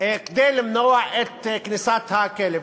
כדי למנוע את כניסת הכלב.